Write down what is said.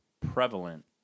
prevalent